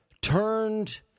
turned